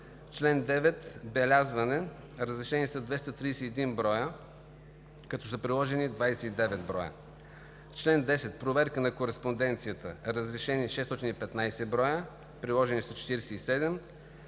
чл. 9 – белязване: разрешени са 231 броя, като са приложени 29 броя; - чл. 10 – проверка на кореспонденцията: разрешени – 615 броя, приложени са 47; - чл.